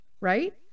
right